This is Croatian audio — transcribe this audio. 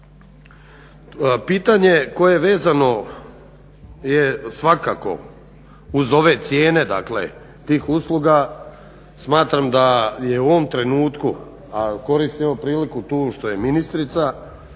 Pitanje koje je vezano je svakako uz ove cijene tih usluga, smatram da je u ovom trenutku, a koristim evo priliku tu što je ministrica,